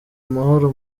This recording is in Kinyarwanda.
amahoro